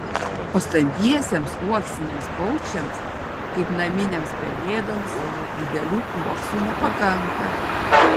o stambiesiems uoksiniams paukščiams kaip naminėms pelėdoms didelių uoksų nepakanka